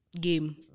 game